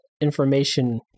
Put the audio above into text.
Information